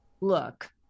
look